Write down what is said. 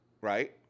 Right